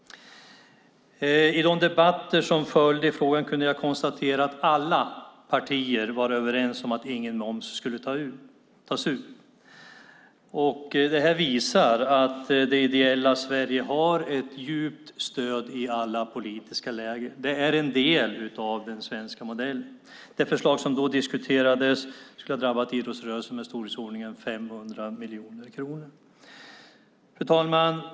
I de debatter som följde i frågan kunde jag konstatera att alla partier var överens om att ingen moms skulle tas ut. Det här visar att det ideella Sverige har ett djupt stöd i alla politiska läger. Det är en del av den svenska modellen. Det förslag som då diskuterades skulle ha drabbat idrottsrörelsen med i storleksordningen 500 miljoner kronor. Fru talman!